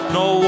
no